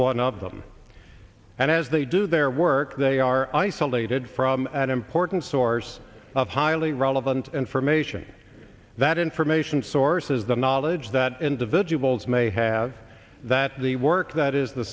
one of them and as they do their work they are isolated from an important source of highly relevant information that information sources the knowledge that individuals may have that the work that is the